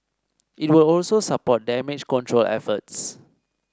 it will also support damage control efforts